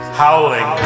howling